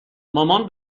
مامان